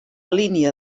línia